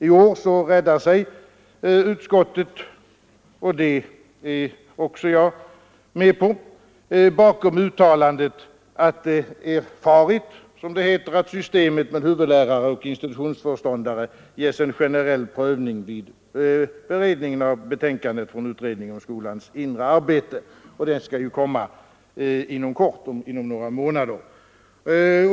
I år räddar sig utskottet bakom uttalandet — och detta är också jag med på — att systemet med huvudlärare och institutionsföreståndare skall ges en generell prövning vid beredningen av betänkandet från utredningen om skolans inre arbete. Det betänkandet skall ju komma inom några månader.